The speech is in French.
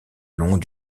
long